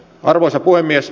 arvoisa puhemies